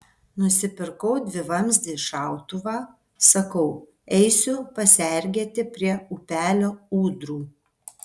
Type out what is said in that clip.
nusipirkau dvivamzdį šautuvą sakau eisiu pasergėti prie upelio ūdrų